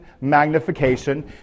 magnification